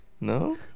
No